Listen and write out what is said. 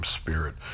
Spirit